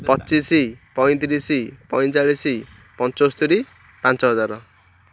ପଚିଶି ପଇଁତିରିଶି ପଇଁଚାଳିଶି ପଞ୍ଚସ୍ତରୀ ପାଞ୍ଚ ହଜାର